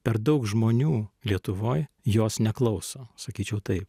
per daug žmonių lietuvoj jos neklauso sakyčiau taip